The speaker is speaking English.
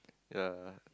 yeah